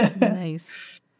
Nice